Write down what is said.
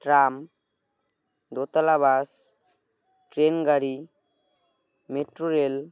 tram দোতলা bus train গাড়ি metro rail